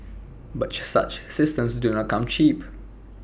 but such systems do not come cheap